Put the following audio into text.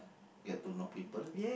get to know people